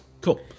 Cool